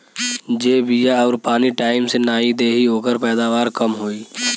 जे बिया आउर पानी टाइम से नाई देई ओकर पैदावार कम होई